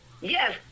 yes